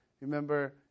Remember